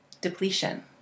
depletion